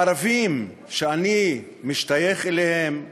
הערבים, שאני משתייך אליהם,